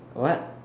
what